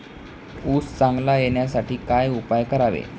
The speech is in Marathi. ऊस चांगला येण्यासाठी काय उपाय करावे?